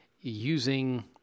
using